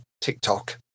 tiktok